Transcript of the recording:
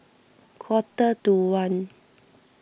quarter to one